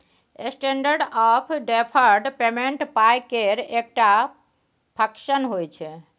standard of deferred payment पाइ केर एकटा फंक्शन होइ छै